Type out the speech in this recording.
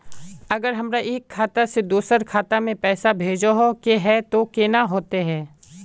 अगर हमरा एक खाता से दोसर खाता में पैसा भेजोहो के है तो केना होते है?